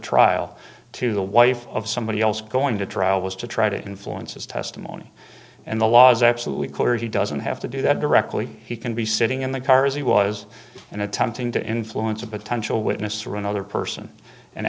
trial to the wife of somebody else going to trial was to try to influence his testimony and the law is absolutely clear he doesn't have to do that directly he can be sitting in the car as he was and attempting to influence a potential witness or another person and